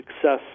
success